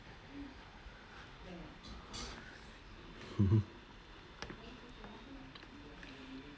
hmm hmm